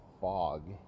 fog